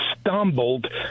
stumbled